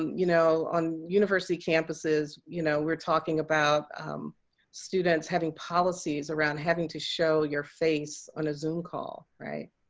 you know, on university campuses you know we're talking about students having policies around having to show your face on a zoom call. right?